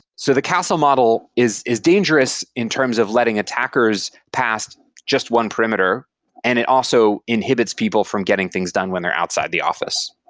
so the castle model is is dangerous in terms of letting attackers past just one perimeter and it also inhibits people from getting things done when they're outside the office.